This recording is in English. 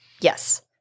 Yes